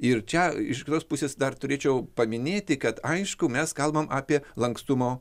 ir čia iš kitos pusės dar turėčiau paminėti kad aišku mes kalbam apie lankstumo